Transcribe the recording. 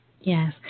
Yes